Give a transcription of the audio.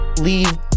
leave